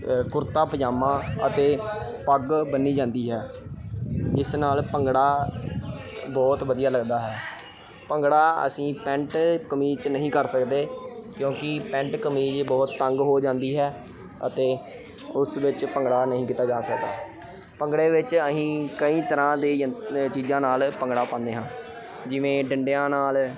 ਕੁੜਤਾ ਪਜਾਮਾ ਅਤੇ ਪੱਗ ਬੰਨ੍ਹੀ ਜਾਂਦੀ ਹੈ ਜਿਸ ਨਾਲ ਭੰਗੜਾ ਬਹੁਤ ਵਧੀਆ ਲੱਗਦਾ ਹੈ ਭੰਗੜਾ ਅਸੀਂ ਪੈਂਟ ਕਮੀਜ਼ 'ਚ ਨਹੀਂ ਕਰ ਸਕਦੇ ਕਿਉਂਕਿ ਪੈਂਟ ਕਮੀਜ਼ ਬਹੁਤ ਤੰਗ ਹੋ ਜਾਂਦੀ ਹੈ ਅਤੇ ਉਸ ਵਿੱਚ ਭੰਗੜਾ ਨਹੀਂ ਕੀਤਾ ਜਾ ਸਕਦਾ ਭੰਗੜੇ ਵਿੱਚ ਅਸੀਂ ਕਈ ਤਰ੍ਹਾਂ ਦੇ ਯੰਤ ਚੀਜ਼ਾਂ ਨਾਲ ਭੰਗੜਾ ਪਾਉਂਦੇ ਹਾਂ ਜਿਵੇਂ ਡੰਡਿਆਂ ਨਾਲ